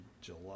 July